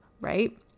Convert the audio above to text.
right